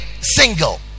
single